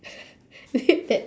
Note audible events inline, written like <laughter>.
<laughs> that